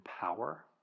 power